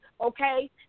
okay